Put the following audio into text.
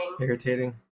Irritating